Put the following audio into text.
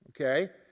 okay